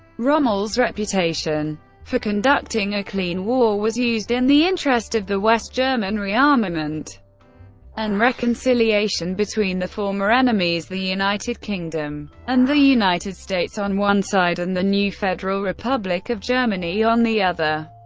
rommel's reputation for conducting a clean war was used in the interest of the west german rearmament and reconciliation between the former enemies the united kingdom and the united states on one side and the new federal republic of germany on the other.